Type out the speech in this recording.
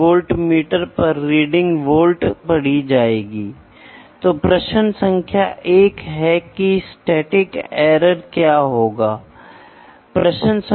wait के लिए मान लीजिए अगर मैं एक ऑयल प्रेशर सेंसर का उपयोग करता हूं तो इसका वेट कंप्रेसर है तेल लीक हो जाता है और प्रेशर बढ़ जाता है